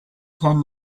can